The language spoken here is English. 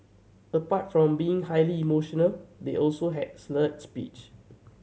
apart from being highly emotional they also had slurred speech